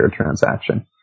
transaction